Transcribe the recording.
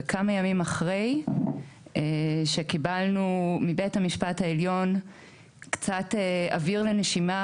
וכמה ימים אחרי שקיבלנו מבית המשפט העליון קצת אוויר לנשימה,